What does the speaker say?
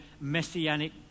messianic